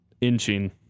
inching